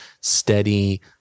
steady